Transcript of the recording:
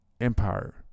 Empire